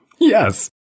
Yes